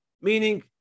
meaning